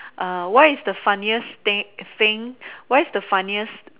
err why is the funniest thing what is the funniest